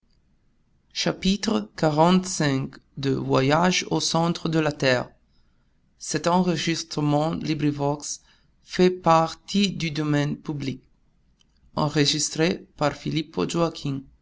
ce voyage au centre de la terre